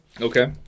Okay